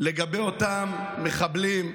לגבי אותם מחבלים,